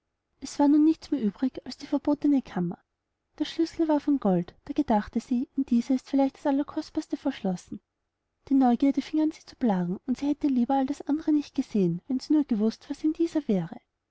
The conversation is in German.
es war nun nichts mehr übrig als die verbotene kammer der schlüssel war von gold da gedachte sie in dieser ist vielleicht das allerkostbarste verschlossen die neugierde fing an sie zu plagen und sie hätte lieber all das andere nicht gesehen wenn sie nur gewußt was in dieser wäre